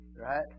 right